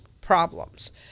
problems